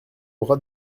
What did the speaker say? aura